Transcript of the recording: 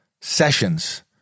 sessions